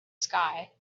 sky